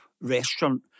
restaurant